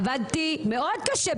עבדתי מאוד קשה,